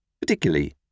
particularly